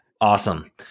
awesome